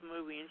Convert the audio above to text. movie